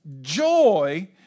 joy